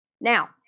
Now